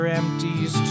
empties